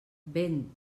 vent